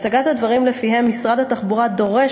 הצגת הדברים שלפיה משרד התחבורה דורש